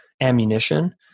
ammunition